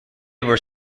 were